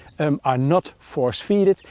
um are not force-feeded,